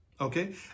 Okay